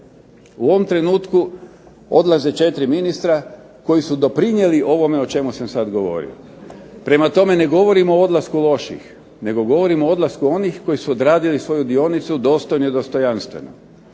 U ovom trenutku odlaze 4 ministra koja su doprinijela ovome o čemu sam sada govorio. Prema tome, ne govorimo o odlasku loših nego govorim o odlasku onih koji su odradili svoju dionicu dostojno i dostojanstveno.